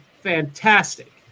fantastic